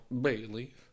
Bailey